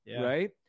right